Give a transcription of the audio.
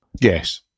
yes